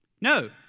No